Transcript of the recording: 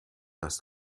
das